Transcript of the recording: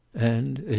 and,